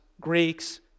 Greeks